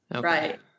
right